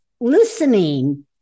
listening